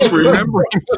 remembering